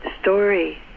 story